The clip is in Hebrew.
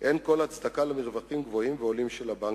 אין כל הצדקה למרווחים גבוהים ועולים של הבנקים.